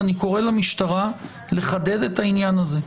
ואני קורא למשטרה לחדד את העניין הזה,